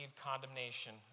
condemnation